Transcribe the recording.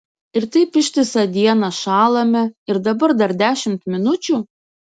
ir taip ištisą dieną šąlame ir dabar dar dešimt minučių